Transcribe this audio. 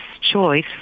choice